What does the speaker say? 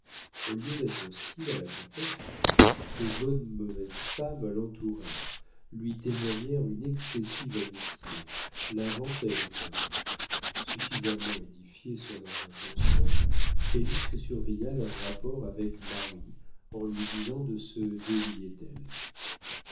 au lieu d'être hostiles à la comtesse ces bonnes mauvaises femmes l'entourèrent lui témoignèrent une excessive amitié la vantèrent aux hommes suffisamment édifié sur leurs intentions félix surveilla leurs rapports avec marie en lui disant de se défier d'elles